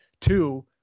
Two